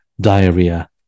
diarrhea